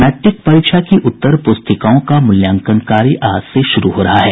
matric परीक्षा की उत्तरपुस्तिकाओं का मूल्यांकन कार्य आज से शुरू हो रहा है